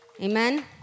Amen